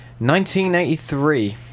1983